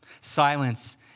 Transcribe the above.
silence